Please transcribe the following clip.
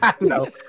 No